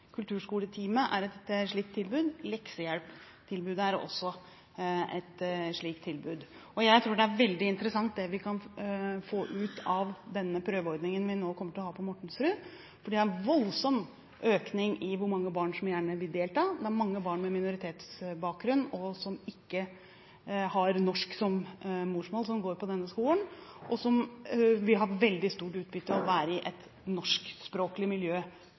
Kulturskoletime er et slikt tilbud, leksehjelp er også et slikt tilbud. Det er veldig interessant å se hva vi kan få ut av denne prøveordningen vi nå kommer til å ha på Mortensrud. Det er en voldsom økning i hvor mange barn som gjerne vil delta. Det er mange barn med minoritetsbakgrunn som ikke har norsk som morsmål, som går på denne skolen, og som vil ha veldig stort utbytte av å være i et norskspråklig miljø